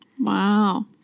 Wow